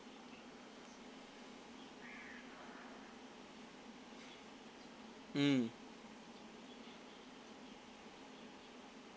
mm